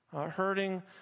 hurting